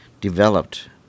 developed